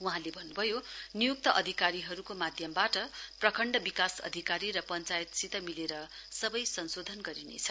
वहाँले भन्न्भयो निय्क्त अधिकारीहरुको माध्यमबाट प्रखण्ड विकास अधिकारी र पञ्चायतसित मिलेर सबै संशोधन गरिनेछ